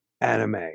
anime